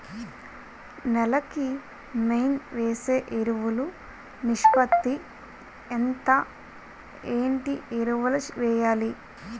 నేల కి మెయిన్ వేసే ఎరువులు నిష్పత్తి ఎంత? ఏంటి ఎరువుల వేయాలి?